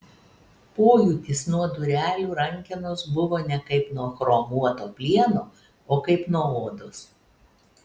pojūtis nuo durelių rankenos buvo ne kaip nuo chromuoto plieno o kaip nuo odos